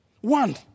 One